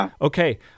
okay